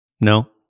No